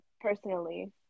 personally